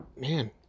man